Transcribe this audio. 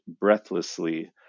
breathlessly